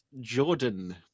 Jordan